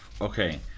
Okay